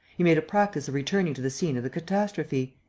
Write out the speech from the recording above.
he made a practice of returning to the scene of the catastrophe!